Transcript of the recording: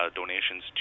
donations